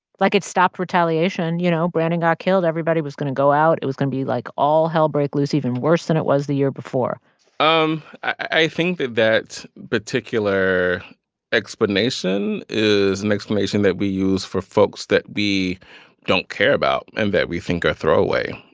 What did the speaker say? like, it stopped retaliation. you know, brandon got killed. everybody was going to go out. it was going to be like all hell broke loose, even worse than it was the year before um i think that that particular explanation is an explanation that we use for folks that we don't care about and that we think are throw-away.